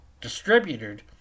distributed